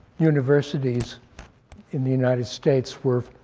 universities in the united states were